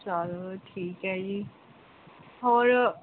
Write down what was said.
ਚਲੋ ਠੀਕ ਹੈ ਜੀ ਹੋਰ